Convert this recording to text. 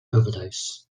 overdose